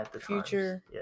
future